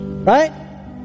Right